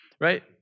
right